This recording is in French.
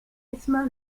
mesmin